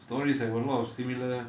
stories have a lot of similar